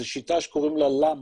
זה שיטה שקוראים לה LAMP,